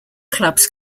clubs